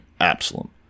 Absalom